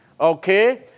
Okay